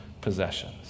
possessions